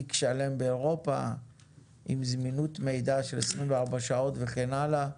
ותיק שלם באירופה עם זמינות מידע של 24 שעות וכן הלאה,